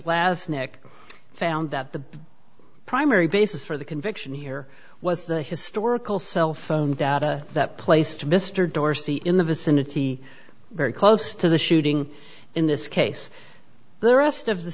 last nick found that the primary basis for the conviction here was the historical cellphone data that placed mr dorsey in the vicinity very close to the shooting in this case the rest of the